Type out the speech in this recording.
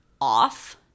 off